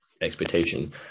expectation